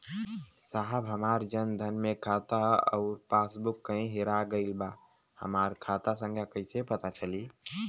साहब हमार जन धन मे खाता ह अउर पास बुक कहीं हेरा गईल बा हमार खाता संख्या कईसे पता चली?